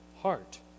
heart